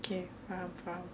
okay faham faham